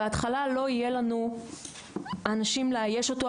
בהתחלה לא יהיה לנו אנשים לאייש אותו,